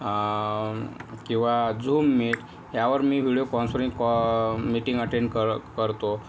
किंवा Zoom Meet यावर मी व्हिडिओ कॉन्फरिंग मीटिंग अटेंड कर करतो